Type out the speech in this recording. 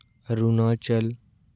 Arunachal